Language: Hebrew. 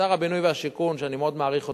שר הבינוי והשיכון שאני מאוד מעריך אותו,